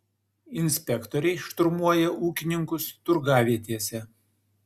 inspektoriai šturmuoja ūkininkus turgavietėse